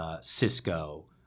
Cisco